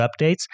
updates